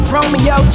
Romeo